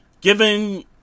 given